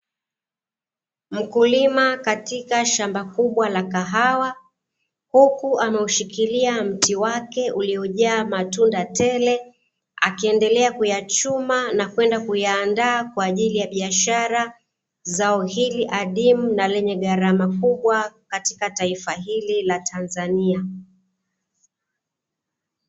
Mkulima katika shamba kubwa la kahawa, huku ameushikilia mti wake uliojaa matunda tele, akiendelea kuyachuma na kwenda kuyaandaa kwa ajili ya biashara. Zao hili adimu na lenye gharama kubwa katika taifa hili la Tanzania.